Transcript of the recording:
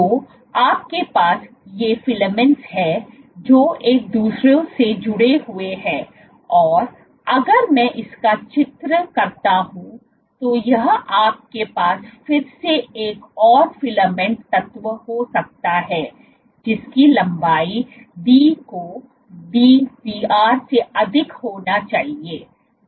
तो आपके पास ये फिलामेंट हैं जो एक दूसरे से जुड़े हुए हैं और अगर मैं इसका चित्र करता हूं तो यह आप के पास फिर से एक और फिलामेंट तत्व हो सकता है जिसकी लंबाई डी को Dbr से अधिक होना चाहिएब्र